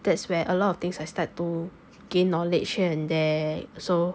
that's where a lot of things I start to gain knowledge here and there so